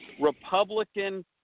Republican